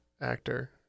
actor